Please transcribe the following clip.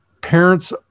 Parents